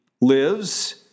lives